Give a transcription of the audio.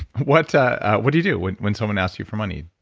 what ah what do you do when when someone asks you for money?